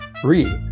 three